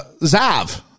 Zav